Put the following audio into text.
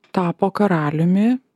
tapo karaliumi